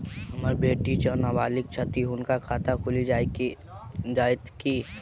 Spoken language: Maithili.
हम्मर बेटी जेँ नबालिग छथि हुनक खाता खुलि जाइत की?